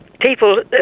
people